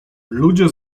ludzie